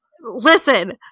Listen